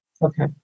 Okay